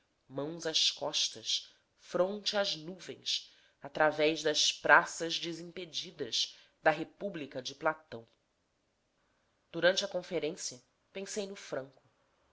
mãos às costas fronte às nuvens através das praças desimpedidas da república de platão durante a conferência pensei no franco